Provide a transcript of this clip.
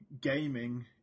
gaming